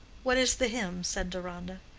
what is the hymn? said deronda.